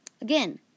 Again